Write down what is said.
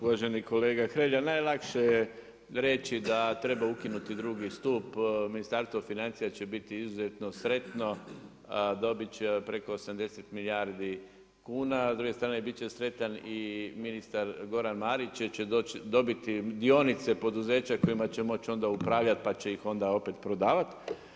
Uvaženi kolega Hrelja, najlakše je reći da treba ukinuti drugi stup, Ministarstvo financija će biti izuzetno sretno dobit će preko 80 milijardi kuna, a s druge strane bit će sretan i ministar Goran Marić jer će dobiti dionice poduzeća kojima će moći upravljati pa će ih onda prodavati.